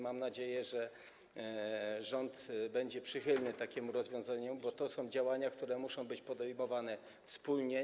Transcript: Mam nadzieję, że rząd będzie przychylny takiemu rozwiązaniu, bo są to działania, które muszą być podejmowane wspólnie.